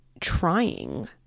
trying